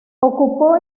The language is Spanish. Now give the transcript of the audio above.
ocupó